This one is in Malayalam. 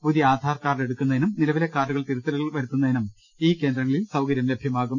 പുതിയ ആധാർ കാർഡ് എടു ക്കുന്നതിനും നിലവിലെ കാർഡുകളിൽ തിരുത്തലുകൾ വരുത്തുന്നതിനും ഈ കേന്ദ്രങ്ങളിൽ സൌകര്യം ലഭ്യമാകും